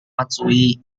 matsui